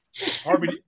Harvey